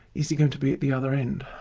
is he going to be at the other end?